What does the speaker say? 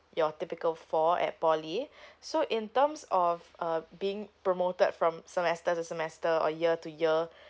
your typical four at poly so in terms of uh being promoted from semester to semester or year to year